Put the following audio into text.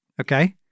Okay